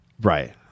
Right